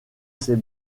ces